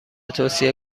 توصیه